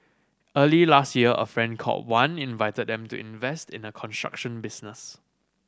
early last year a friend called Wan invited them to invest in a construction business